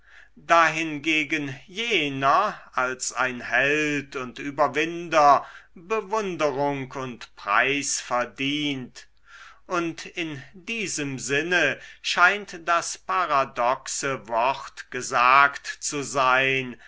hingegen jener als ein held und überwinder bewunderung und preis verdient und in diesem sinne scheint das paradoxe wort gesagt zu sein